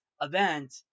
event